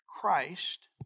Christ